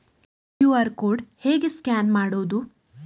QR code ಹೇಗೆ scan ಮಾಡುವುದು?